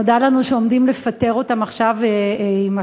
נודע לנו שעומדים לפטר אותן עכשיו בקיץ,